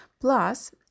Plus